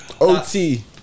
OT